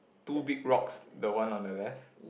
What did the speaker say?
two big rocks the one on the left